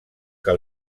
que